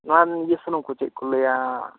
ᱱᱚᱣᱟ ᱤᱭᱟᱹ ᱥᱩᱱᱩᱢ ᱠᱚ ᱪᱮᱫ ᱠᱚ ᱞᱟᱹᱭᱟ